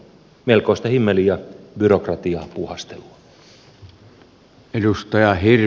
melkoista himmeli ja byrokratiapuuhastelua